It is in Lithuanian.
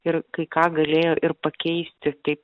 ir kai ką galėjo ir pakeisti taip